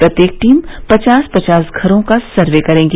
प्रत्येक टीम पचास पचास घरों का सर्व करेगी